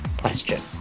question